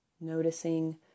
noticing